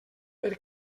per